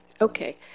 Okay